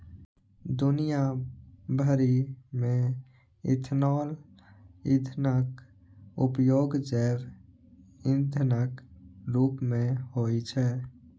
दुनिया भरि मे इथेनॉल ईंधनक उपयोग जैव ईंधनक रूप मे होइ छै